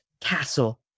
castle